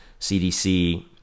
CDC